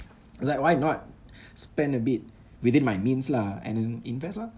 I was like why not spend a bit within my means lah and then invest lah